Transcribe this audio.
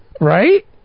Right